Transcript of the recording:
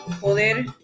poder